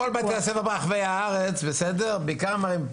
בכמה בתי ספר שפועלים על ידי עמותות הם מבקרים,